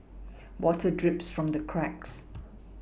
water drips from the cracks